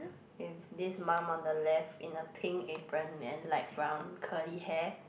if this mom on the left in a pink apron and light brown curly hair